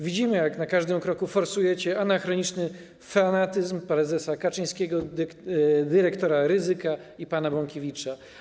Widzimy, jak na każdym kroku forsujecie anachroniczny fanatyzm prezesa Kaczyńskiego, dyrektora Rydzyka i pana Bąkiewicza.